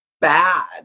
bad